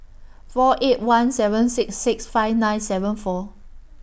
four eight one seven six six five nine seven four